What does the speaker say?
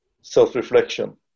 self-reflection